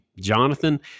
Jonathan